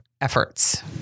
efforts